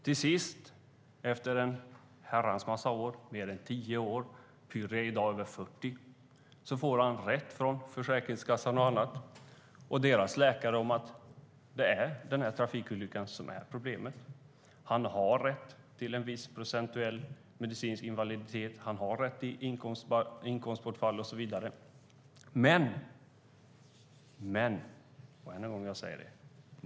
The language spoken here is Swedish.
Till sist, efter en herrans massa år, mer än tio år - Pyry är i dag över 40 - får han rätt från bland andra Försäkringskassan och deras läkare om att det är trafikolyckan som har orsakat problemet. Han har rätt till en viss procentuell medicinsk invaliditet. Han har rätt till inkomstbortfall och så vidare.